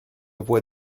voix